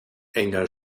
enger